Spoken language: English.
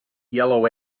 yellow